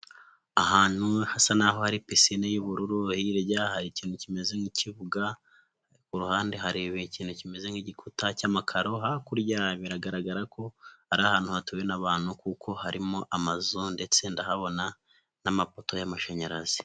Ahantu hasa naho hari pisinine y'ubururu, hirya hari ikintu kimeze nk'ikibuga, ku ruhande hari ikintu kimeze nk'igikuta cy'amakaro, hakurya biragara ko ari hantu hatuwe n' abantu kuko harimo amazu ndetse ndahabona n'amapoto y'amashanyarazi.